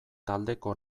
taldeko